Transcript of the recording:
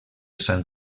sant